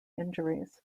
injuries